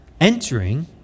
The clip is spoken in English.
Entering